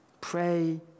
Pray